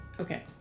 Okay